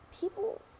people